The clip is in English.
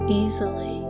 easily